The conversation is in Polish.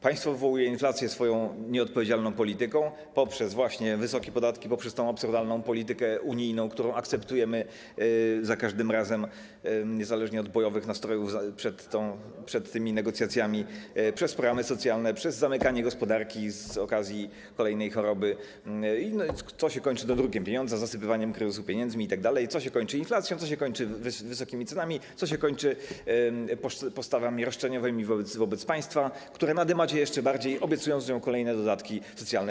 Państwo wywołuje inflację swoją nieodpowiedzialną polityką poprzez wysokie podatki, poprzez absurdalną politykę unijną, którą akceptujemy za każdym razem, niezależnie od bojowych nastrojów przed tymi negocjacjami, przez programy socjalne, przez zamykanie gospodarki z okazji kolejnej choroby, co kończy się dodrukiem pieniądza, zasypywaniem kryzysu pieniędzmi itd., co kończy się inflacją, co kończy się wysokimi cenami, co kończy się postawami roszczeniowymi wobec państwa, które nadymacie jeszcze bardziej, obiecując kolejne dodatki socjalne.